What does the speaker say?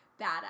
badass